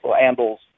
handles